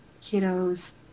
kiddo's